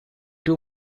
too